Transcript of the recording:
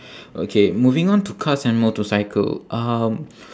okay moving on to cars and motorcycle um